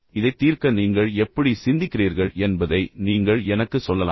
இதைத் தீர்க்க நீங்கள் எப்படி சிந்திக்கிறீர்கள் என்பதை நீங்கள் எனக்குச் சொல்லலாம்